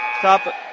top